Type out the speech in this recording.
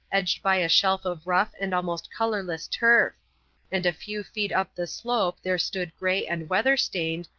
edged by a shelf of rough and almost colourless turf and a few feet up the slope there stood grey and weather-stained,